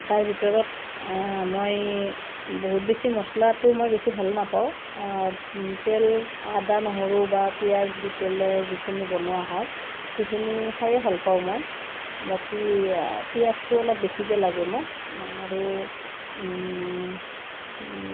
তাৰ ভিতৰত মই বহুত বেছি মচলাটো মই বেছি ভালোঁ নাপাওঁ তেল আদা নহৰু বা পিঁয়াজ দি পেলাই যিখিনি বনোৱা হয় সেইখিনি খায়েই ভাল পাওঁ মই বাকী পিয়াঁজটো অলপ বেছিকৈ লাগে মোক আৰু